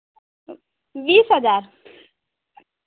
बीस हज़ार